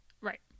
right